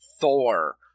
Thor